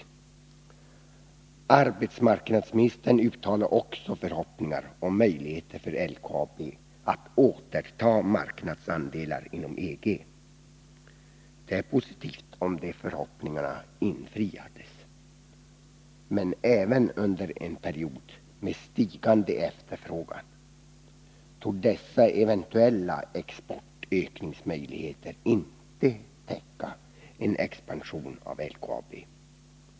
Vidare uttalar arbetsmarknadsministern förhoppningar när det gäller LKAB:s möjligheter att återta marknadsandelar inom EG. Det vore positivt om de förhoppningarna kunde infrias. Men inte ens under en period med stigande efterfrågan torde dessa eventuella möjligheter till ökad export täcka en expansion av LKAB.